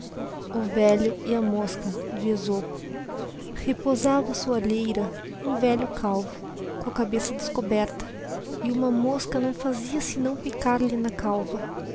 o velho e a mosca repousava á soalheira hum velho calvo y com a cabeça descoberta e huma mosca naò fazia senaó picar lhe na calva